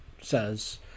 says